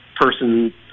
person